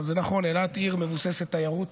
זה נכון, אילת היא עיר מבוססת תיירות,